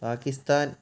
Pakistan